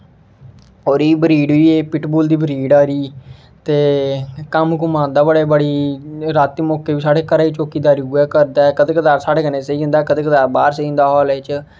ओह्दी ब्रीड बी पिटबुल दी ब्रीड ऐ ओहदी ते कम्म कूम्म आंदा बड़ी बड़ी रातीं मौके बी साढ़े घरे दी चौकीदारी उ'ऐ करदा ऐ कदें कदार साढ़े कन्नै सेई जंदा कदें कदार बाहर सेई जंदा हॉलै च